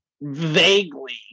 vaguely